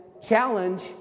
Challenge